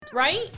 right